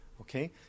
Okay